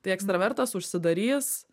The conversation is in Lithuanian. tai ekstravertas užsidarys